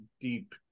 deep